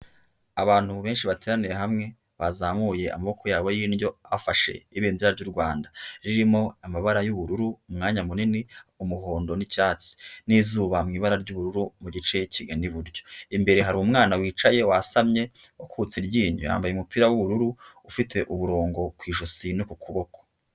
Abantu benshi bateraniye hamwe, bazamuye amaboko yabo y'indyo afashe ibendera ry'u Rwanda, ririmo amabara y'ubururu, umwanya munini, umuhondo n'icyatsi, n'izuba mu ibara ryubururu, mu gice kigana iburyo, imbere hari umwana wicaye wasamye akutse iryinyo yambaye umupira wubururu, ufite umurongo ku ijosi no ku kuboko.